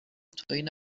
توهین